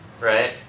Right